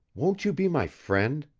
won't you be my friend?